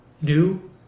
new